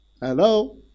Hello